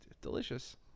delicious